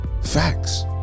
Facts